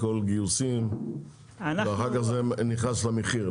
הכל גיוסים ואחר כך זה נכנס למחיר.